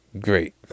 great